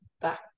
back